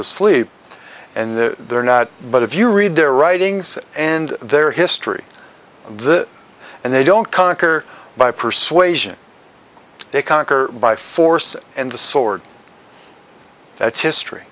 to sleep and the they're not but if you read their writings and their history of this and they don't conquer by persuasion they conquer by force and the sword that's history